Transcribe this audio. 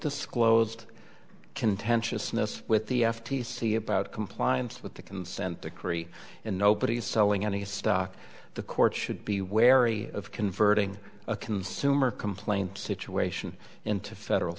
disclosed contentiousness with the f t c about compliance with the consent decree and nobody is selling any stock the courts should be wary of converting a consumer complaint situation into federal